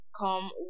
come